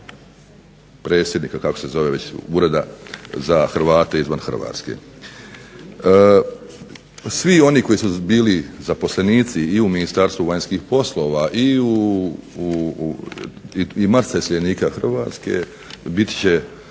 predsjednika kako se zove već ureda za Hrvate izvan Hrvatske. Svi oni koji su bili zaposlenici i u Ministarstvu vanjskih poslova i Matice iseljenika Hrvatske biti će